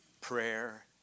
prayer